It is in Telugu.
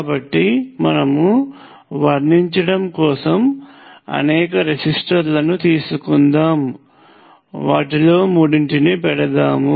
కాబట్టి మనము వర్ణించటం కోసం అనేక రెసిస్టర్లను తీసుకుందాము వాటిలో మూడింటిని పెడదాము